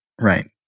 Right